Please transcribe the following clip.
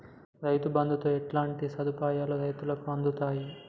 రైతు బంధుతో ఎట్లాంటి సదుపాయాలు రైతులకి అందుతయి?